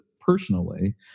personally